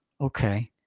okay